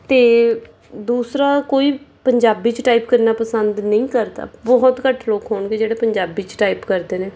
ਅਤੇ ਦੂਸਰਾ ਕੋਈ ਪੰਜਾਬੀ 'ਚ ਟਾਈਪ ਕਰਨਾ ਪਸੰਦ ਨਹੀਂ ਕਰਦਾ ਬਹੁਤ ਘੱਟ ਲੋਕ ਹੋਣਗੇ ਜਿਹੜੇ ਪੰਜਾਬੀ 'ਚ ਟਾਈਪ ਕਰਦੇ ਨੇ